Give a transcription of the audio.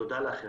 תודה לכם.